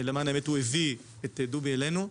למען האמת הוא הביא את דובי אלינו.